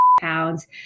pounds